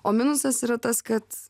o minusas yra tas kad